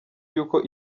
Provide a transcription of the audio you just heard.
yuko